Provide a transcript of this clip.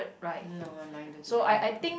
no I neither do I have